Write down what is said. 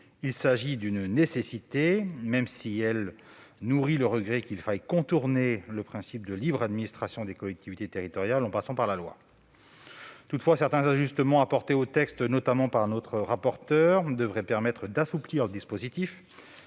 Il s'agit d'une nécessité, même si ce choix nourrit un regret : il implique de contourner le principe de libre administration des collectivités territoriales, en passant par la loi. Toutefois, certains ajustements apportés au texte, notamment par notre rapporteure, devraient permettre d'assouplir le dispositif,